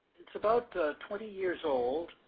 its about twenty years old.